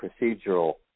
procedural